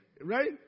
right